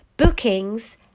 bookings